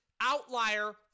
outlier